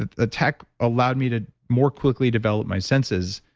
ah the tech allowed me to more quickly develop my senses.